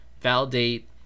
validate